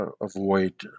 avoid